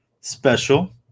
special